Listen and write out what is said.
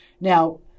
Now